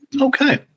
Okay